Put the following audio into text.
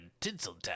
Tinseltown